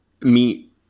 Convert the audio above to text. meet